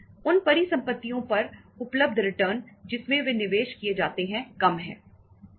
उन परिसंपत्तियों पर उपलब्ध रिटर्न जिसमें वे निवेश किए जाते हैं कम है